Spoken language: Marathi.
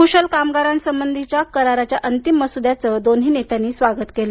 कुशल कामागारांसंबधी कराराच्या अंतिम मसुद्याचं दोन्ही नेत्यांनी स्वागत केलं